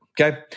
okay